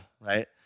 Right